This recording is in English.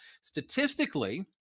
statistically